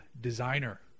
designer